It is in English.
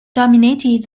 dominated